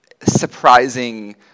surprising